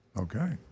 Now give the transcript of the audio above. Okay